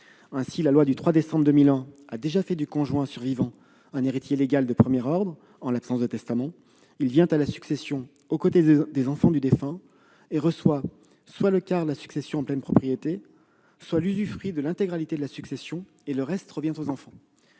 La loi du 3 décembre 2001 a déjà fait du conjoint survivant un héritier légal de premier ordre ; en l'absence de testament, il vient à la succession, aux côtés des enfants du défunt, et reçoit, soit le quart de la succession en pleine propriété, soit l'usufruit de l'intégralité de la succession, le reste revenant aux enfants.